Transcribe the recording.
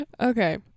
Okay